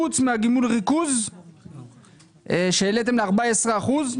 מהגמול ריכוז שהעליתם ל-14 אחוזים,